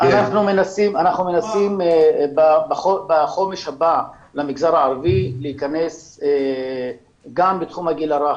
אנחנו מנסים בחומש הבא למגזר הערבי להיכנס גם בתחום הגיל הרך,